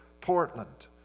Portland